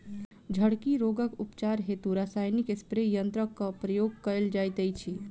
झड़की रोगक उपचार हेतु रसायनिक स्प्रे यन्त्रकक प्रयोग कयल जाइत अछि